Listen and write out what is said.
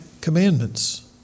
commandments